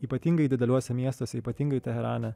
ypatingai dideliuose miestuose ypatingai teherane